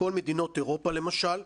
כל מדינות אירופה למשל,